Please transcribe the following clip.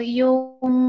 yung